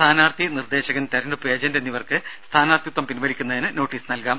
സ്ഥാനാർത്ഥി നിർദേശകൻ തെരഞ്ഞെടുപ്പ് ഏജന്റ് എന്നിവർക്ക് സ്ഥാനാർത്ഥിത്വം പിൻവലിക്കുന്നതിന് നോട്ടീസ് നൽകാം